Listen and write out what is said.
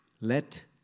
Let